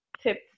tips